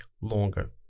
longer